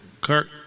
Kirk